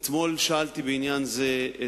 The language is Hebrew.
אתמול שאלתי בעניין זה.